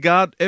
God